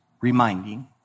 reminding